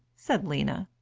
said lena.